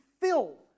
fill